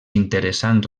interessant